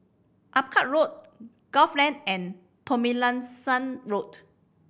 Akyab Road Gul Lane and Tomlinson Road